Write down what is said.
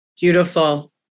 Beautiful